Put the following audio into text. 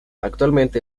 actualmente